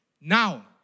now